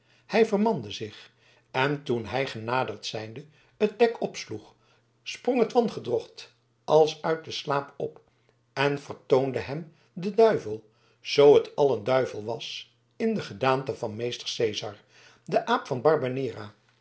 hij vermande zich en toen hij genaderd zijnde het dek opsloeg sprong het wangedrocht als uit den slaap op en vertoonde hem den duivel zoo het al een duivel was in de gedaante van meester cezar den aap van barbanera